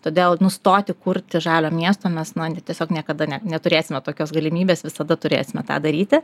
todėl nustoti kurti žalio miesto mes na tiesiog niekada ne neturėsime tokios galimybės visada turėsime tą daryti